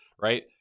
right